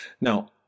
Now